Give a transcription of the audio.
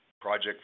project